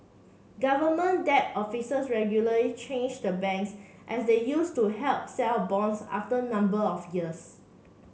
government debt officers regularly change the banks as they use to help sell bonds after a number of years